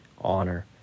honor